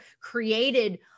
created